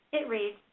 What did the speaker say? it reads,